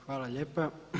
Hvala lijepa.